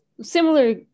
similar